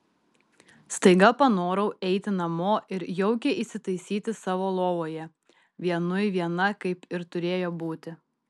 staiga panorau eiti namo ir jaukiai įsitaisyti savo lovoje vienui viena kaip ir turėjo būti